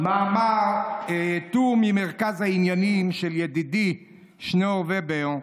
טור מ"מרכז העניינים" של ידידי שניאור ובר,